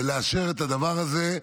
ולאשר את הדבר הזה,